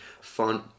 fun